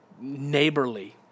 neighborly